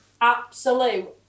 absolute